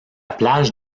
plage